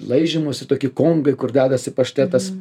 laižymosi tokie kongai kur dedasi paštetas